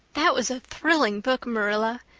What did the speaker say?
that was a thrilling book, marilla.